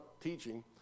teaching